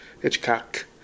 Hitchcock